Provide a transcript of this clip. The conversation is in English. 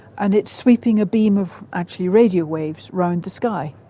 and it's sweeping a beam of actually radio waves around the sky.